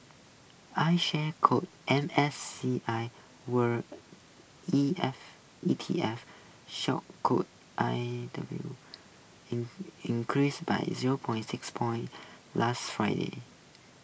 iShares core M S C I world E F E T F shock code I W increased by zero points six points last Friday